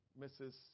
Mrs